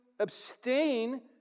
abstain